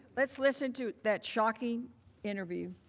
let's listen to that shocking interview.